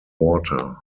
water